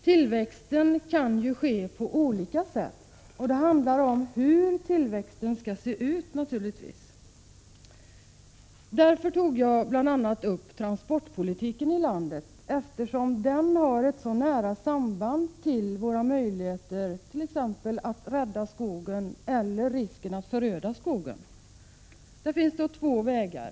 Tillväxten kan ju ske på olika sätt. Det handlar naturligtvis om hur tillväxten skall se ut. Därför tog jag bl.a. upp transportpolitiken i landet. Den har nämligen ett nära samband med våra möjligheter att rädda skogen liksom med risken att föröda skogen. Det finns två vägar.